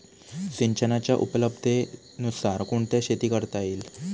सिंचनाच्या उपलब्धतेनुसार कोणत्या शेती करता येतील?